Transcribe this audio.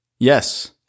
Yes